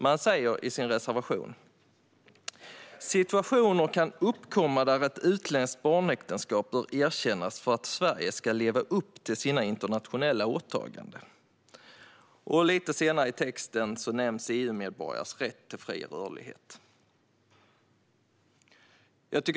Man säger i sin reservation: "Situationer kan uppkomma där ett utländskt barnäktenskap bör erkännas för att Sverige ska leva upp till sina internationella åtaganden", och lite längre ned i texten nämns EU-medborgares rätt till fri rörlighet.